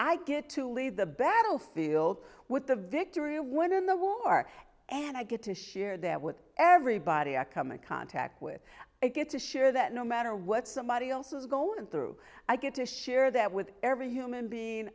i get to lead the battlefield with the victory of winning the war and i get to share that with everybody i come a contact with i get to share that no matter what somebody else is going through i get to share that with every human being